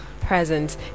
present